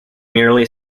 merely